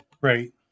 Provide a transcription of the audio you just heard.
right